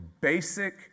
basic